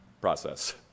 process